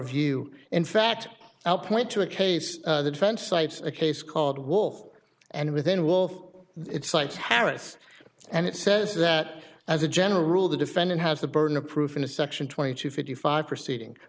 view in fact i'll point to a case the defense cites a case called wolf and within wolf it cites harris and it says that as a general rule the defendant has the burden of proof in a section twenty two fifty five proceeding